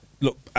look